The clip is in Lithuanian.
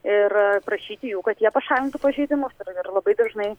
ir prašyti jų kad jie pašalintų pažeidimus ir labai dažnai